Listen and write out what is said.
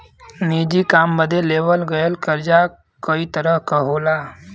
निजी काम बदे लेवल गयल कर्जा कई तरह क होला